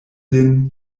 lin